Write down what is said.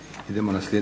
Hrvatsku?